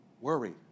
worry